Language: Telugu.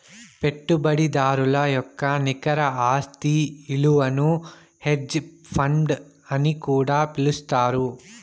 పెట్టుబడిదారుల యొక్క నికర ఆస్తి ఇలువను హెడ్జ్ ఫండ్ అని కూడా పిలుత్తారు